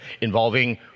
involving